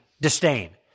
disdain